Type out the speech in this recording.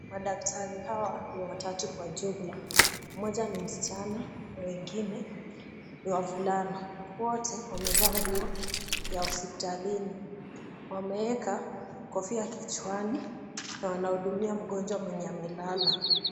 Madaktari hawa ni watatu kwa jumla. Mmoja ni msichana mwingine ni wavulana. Wote wamevaa nguo ya hospitalini. Wameweka kofia kichwani na wanahudumia mgonjwa mwenye amelala.